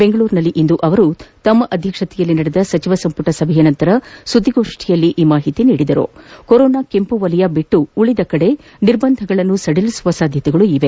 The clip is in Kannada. ಬೆಂಗಳೂರಿನಲ್ಲಿಂದು ತಮ್ಮ ಅಧ್ಯಕ್ಷತೆಯಲ್ಲಿ ನಡೆದ ಸಚಿವ ಸಂಪುಟ ಸಭೆಯ ನಂತರ ಸುದ್ಗಿಗೋಷ್ನಿಯಲ್ಲಿ ಈ ಮಾಹಿತಿ ನೀಡಿದ ಅವರು ಕೊರೊನಾ ಕೆಂಪು ವಲಯ ಹೊರತುಪಡಿಸಿ ಉಳಿದೆಡೆ ನಿರ್ಬಂಧಗಳನ್ನು ಸಡಿಲಿಸುವ ಸಾಧ್ಯತೆಗಳವೆ